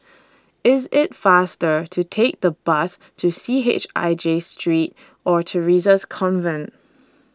IS IT faster to Take The Bus to C H I J Street Or Theresa's Convent